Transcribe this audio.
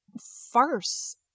farce